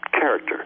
character